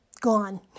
gone